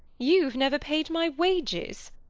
you've never paid my wages.